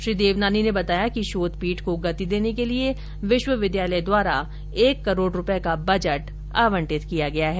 श्री देवनानी ने बताया कि शोध पीठ को गति देने के लिए विश्वविद्यालय द्वारा एक करोड़ रूपये का बजट आवंटित किया गया है